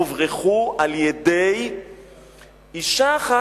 הוברחו על-ידי אשה אחת,